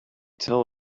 tell